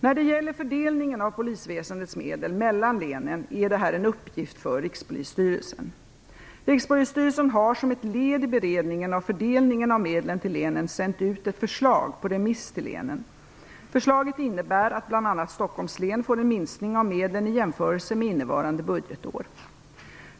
När det gäller fördelningen av polisväsendets medel mellan länen är detta en uppgift för Rikspolisstyrelsen. Rikspolisstyrelsen har som ett led i beredningen av fördelningen av medlen till länen sänt ut ett förslag på remiss till länen. Förslaget innebär att bl.a. Stockholms län får en minskning av medlen i jämförelse med innevarande budgetår.